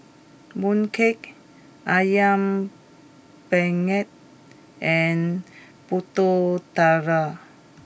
Mooncake Ayam Panggang and Pulut Tatal